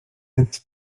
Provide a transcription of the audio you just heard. więc